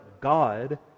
God